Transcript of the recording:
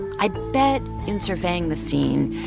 i'd bet, in surveying the scene,